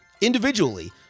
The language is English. individually